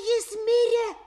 jis mirė